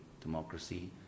democracy